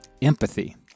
Empathy